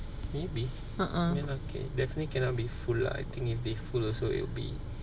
uh uh